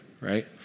right